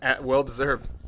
Well-deserved